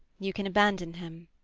you can abandon him.